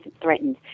threatened